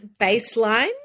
baseline